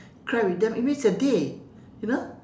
cry with them it makes their day you know